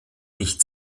nicht